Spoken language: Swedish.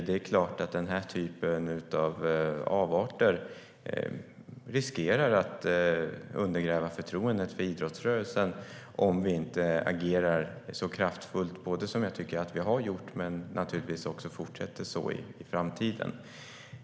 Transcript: Det är klart att den här typen av avarter riskerar att undergräva förtroendet för idrottsrörelsen om vi inte agerar så kraftfullt som jag tycker att vi har gjort och som vi naturligtvis ska fortsätta att göra i framtiden.